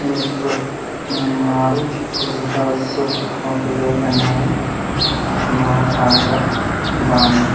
زٕ مارٕچ زٕ ساس زٕ اتھ منٛز گُزرے مےٚ نانۍ یَس ناو اوس ہاجراہ بانوٗ